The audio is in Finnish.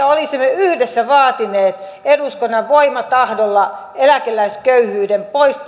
olisimme yhdessä vaatineet eduskunnan voimatahdolla eläkeläisköyhyyden